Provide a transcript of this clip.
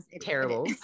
Terrible